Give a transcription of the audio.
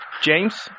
James